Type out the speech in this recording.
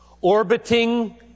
orbiting